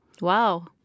Wow